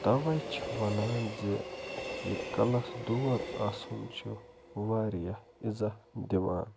تَوَے چھِ وَنان زِ یہِ کَلس دود آسُن چھُ واریاہ اِزا دِوان